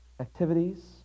activities